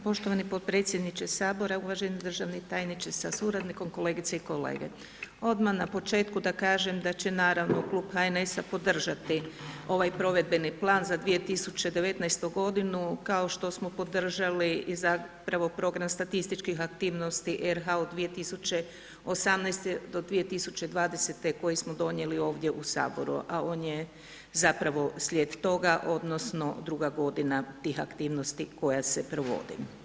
Poštovani potpredsjedniče HS, uvaženi državni tajniče sa suradnikom, kolegice i kolege, odmah na početku da kažem da će, naravno, Klub HNS-a podržati ovaj provedbeni plan za 2019.g., kao što smo podržali i zapravo program statističkih aktivnosti RH u 2018. do 2020., koji smo donijeli ovdje u HS, a on je zapravo slijed toga odnosno druga godina tih aktivnosti koja se provodi.